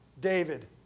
David